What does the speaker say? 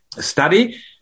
study